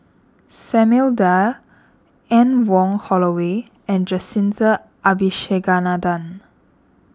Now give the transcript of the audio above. Samuel Dyer Anne Wong Holloway and Jacintha Abisheganaden